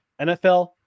NFL